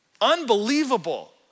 Unbelievable